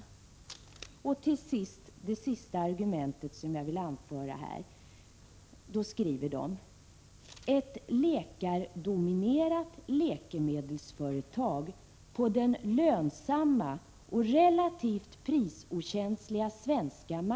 I det sista argumentet som jag vill anföra skriver man: ”Ett läkardominerat läkemedelsföretag på den lönsamma och relativt prisokänsliga svenska = Prot.